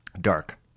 dark